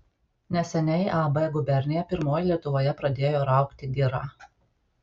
neseniai ab gubernija pirmoji lietuvoje pradėjo raugti girą